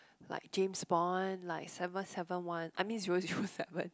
like James-Bond like seven seven one I mean zero zero seven